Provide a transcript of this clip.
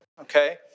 Okay